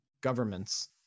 governments